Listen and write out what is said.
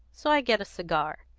so i get a cigar.